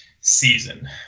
season